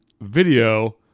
video